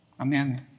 Amen